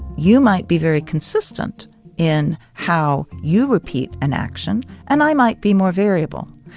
you might be very consistent in how you repeat an action and i might be more variable.